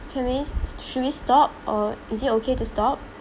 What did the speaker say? can we should we stop or is it okay to stop